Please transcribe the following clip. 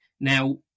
Now